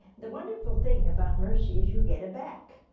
the wonderful thing about mercy is you get it back.